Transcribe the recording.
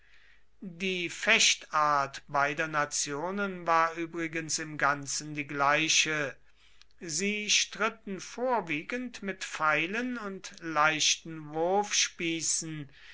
die fechtart beider nationen war übrigens im ganzen die gleiche sie stritten vorwiegend mit pfeilen und leichten